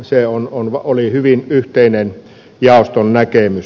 se oli hyvin yhteinen jaoston näkemys